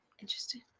Interesting